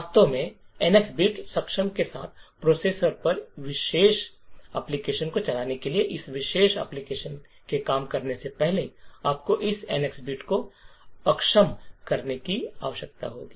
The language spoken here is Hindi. वास्तव में एनएक्स बिट सक्षम के साथ प्रोसेसर पर इस विशेष एप्लिकेशन को चलाने के लिए इस विशेष एप्लिकेशन के काम करने से पहले आपको इस एनएक्स बिट को अक्षम करने की आवश्यकता होगी